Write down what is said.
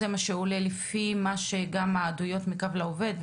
זה מה שעולה לפי מה שהעדויות מקו לעובד,